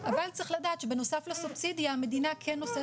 צריך לדעת שבנוסף לסובסידיה המדינה כן נושאת